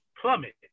plummeted